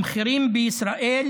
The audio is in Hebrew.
המחירים בישראל